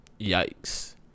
Yikes